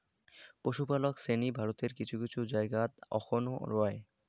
পশুপালক শ্রেণী ভারতের কিছু কিছু জায়গাত অখনও রয়